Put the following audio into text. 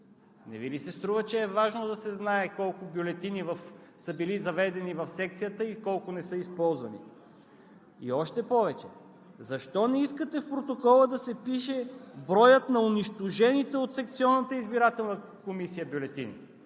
Не Ви ли се струва, че е важно да се знае колко бюлетини са били заведени в секцията и колко не са използвани? И още повече, защо не искате в протокола да се впише броят на унищожените от секционната избирателна комисия бюлетини?